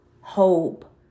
hope